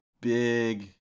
big